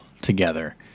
together